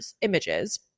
images